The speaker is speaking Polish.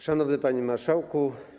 Szanowny Panie Marszałku!